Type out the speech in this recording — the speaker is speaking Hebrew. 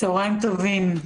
צוהריים טובים,